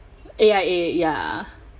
A_I_A ya